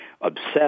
obsessed